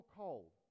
cold